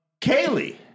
Kaylee